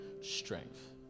strength